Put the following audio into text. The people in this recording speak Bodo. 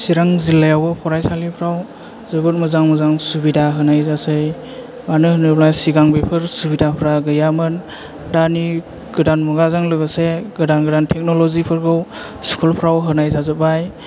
सिरां जिललायाव फरायसालिफ्राव जोबोद मोजां मोजां सुबिदा होनाय जासै मानो होनोब्ला सिगां बेफोर सुबिदाफ्रा गैयामोन दानि गोदान मुगाजों लोगोसे गोदान गोदान थेखन'लजिफोरबो स्कुलफ्राव होनाय जाजोबबाय